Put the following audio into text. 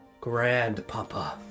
grandpapa